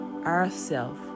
ourself